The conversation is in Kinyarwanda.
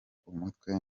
umutwe